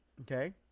okay